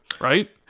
right